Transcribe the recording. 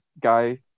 guy